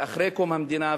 ואחרי קום המדינה,